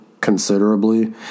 considerably